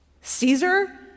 Caesar